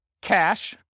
cash